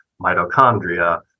mitochondria